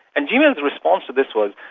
and gmail's response to this was,